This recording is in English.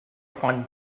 fun